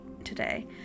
today